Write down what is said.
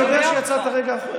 אני יודע שיצאת רגע החוצה.